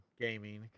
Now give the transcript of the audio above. gaming